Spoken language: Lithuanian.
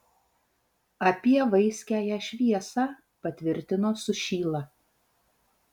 apie vaiskiąją šviesą patvirtino sušyla